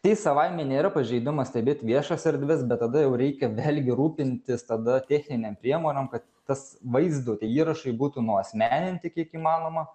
tai savaime nėra pažeidimas stebėt viešas erdves bet tada jau reikia vėlgi rūpintis tada techninėm priemonėm kad tas vaizdo tie įrašai būtų nuasmeninti kiek įmanoma